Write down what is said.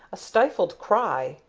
a stifled cry,